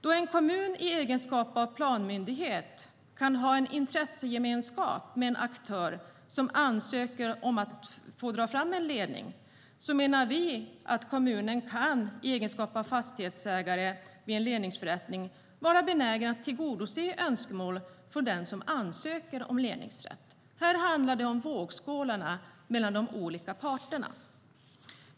Då en kommun i egenskap av planmyndighet kan ha en intressegemenskap med en aktör som ansöker om att få dra fram en ledning menar vi att kommunen i egenskap av fastighetsägare vid en ledningsförrättning kan vara benägen att tillgodose önskemålen från den som ansöker om ledningsrätt. Här handlar det om vågskålarna mellan de olika parterna.